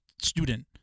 student